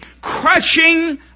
crushing